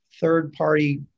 third-party